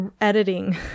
editing